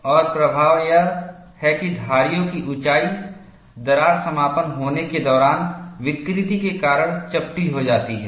और प्रभाव यह है कि धारियों की ऊंचाई दरार समापन होने के दौरान विकृति के कारण चपटी हो जाती हैं